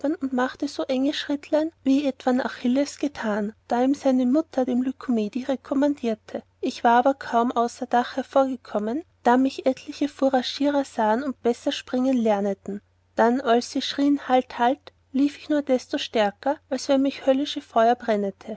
und machte so enge schrittlein als etwan achilles getan da ihn seine mutter dem lycomedi rekommandierte ich war aber kaum außer dach hervorkommen da mich etliche furagierer sahen und besser springen lerneten dann als sie schrieen halt halt lief ich nur desto stärker als wann mich höllisch feur